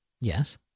Yes